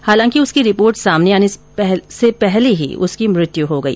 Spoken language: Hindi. हालांकि उसकी रिपोर्ट सामने आने से पहले ही उसकी मृत्यु हो गई